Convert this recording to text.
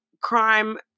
crime